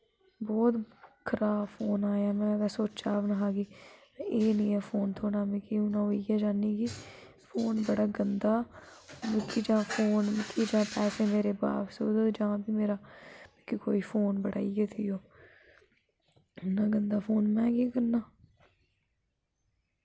बौह्त खराब फोन आया में सोचे दा बी नेईं ही कि एह् नेहा फोन थ्होना मिगी हून इयै चाह्न्नी कि फोन बड़ा गंदा मिगी जां फोन मिगी जां पैसे मेरे बापस करी ओड़ो जां फ्ही मेरा मिगी कोई फोन बटाइयै देओ इन्ना गंदा फोन में केह् करना